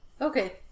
Okay